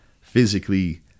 physically